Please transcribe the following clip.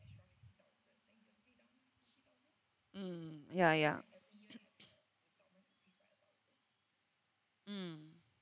mm ya ya mm